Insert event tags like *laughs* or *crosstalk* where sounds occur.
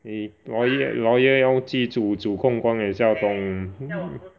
eh lawyer lawyer 要记住主控官也是要懂 *laughs*